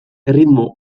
erritmo